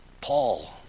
Paul